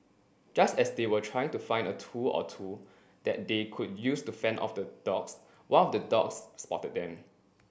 just as they were trying to find a tool or two that they could use to fend off the dogs one of the dogs spotted them